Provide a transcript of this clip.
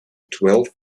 twelve